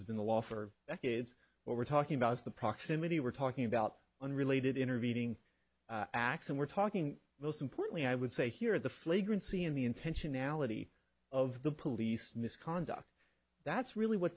is been the law for decades what we're talking about is the proximity we're talking about unrelated intervening acts and we're talking most importantly i would say here the flagrant see in the intentionality of the police misconduct that's really what